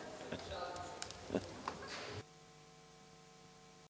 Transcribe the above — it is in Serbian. Hvala